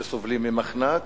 שסובלים ממחנק,